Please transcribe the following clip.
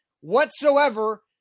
whatsoever